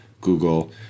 Google